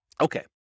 Okay